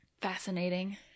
Fascinating